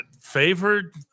favored